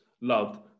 loved